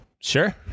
Sure